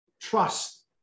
trust